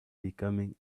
becoming